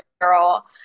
girl